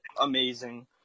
amazing